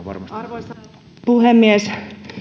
arvoisa puhemies